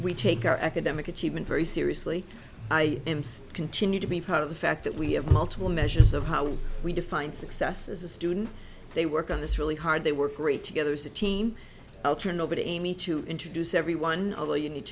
we take our academic achievement very seriously i continue to be part of the fact that we have multiple measures of how we define success as a student they work on this really hard they work great together as a team i'll turn over to me to introduce everyone although you need